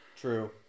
True